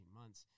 months